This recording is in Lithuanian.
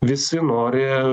visi nori